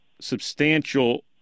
substantial